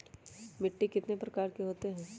मिट्टी कितने प्रकार के होते हैं?